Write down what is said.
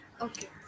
Okay